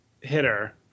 hitter